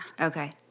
Okay